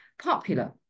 popular